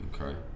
Okay